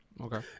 okay